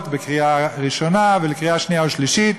לקריאה ראשונה ולקריאה שנייה ושלישית.